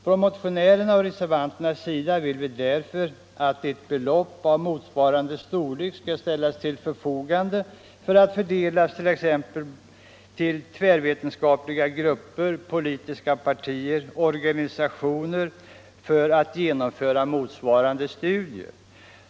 Från motionärernas och reservanternas sida vill vi därför att ett belopp av motsvarande storlek skall ställas till förfogande för att fördelas bland t.ex. tvärvetenskapliga grupper, politiska partier och olika organisationer, för genomförande av motsvarande studier.